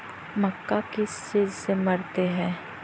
मक्का किस चीज से करते हैं?